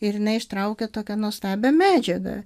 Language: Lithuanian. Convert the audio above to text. ir inai ištraukė tokią nuostabią medžiagą